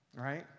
right